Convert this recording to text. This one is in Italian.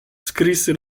scrisse